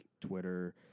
Twitter